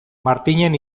martinen